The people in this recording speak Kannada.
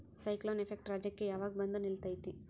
ಸೈಕ್ಲೋನ್ ಎಫೆಕ್ಟ್ ರಾಜ್ಯಕ್ಕೆ ಯಾವಾಗ ಬಂದ ನಿಲ್ಲತೈತಿ?